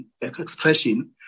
expression